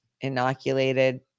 inoculated